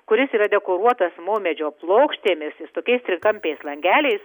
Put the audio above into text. kuris yra dekoruotas maumedžio plokštėmis jis tokiais trikampiais langeliais